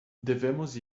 devemos